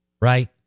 right